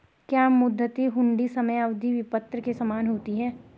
क्या मुद्दती हुंडी समय अवधि विपत्र के समान होती है?